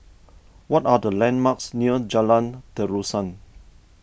what are the landmarks near Jalan Terusan